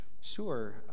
Sure